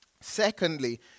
Secondly